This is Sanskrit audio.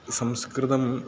संस्कृतम्